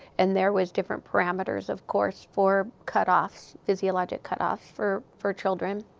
and there was different parameters, of course, for cut-offs physiologic cut-offs for for children.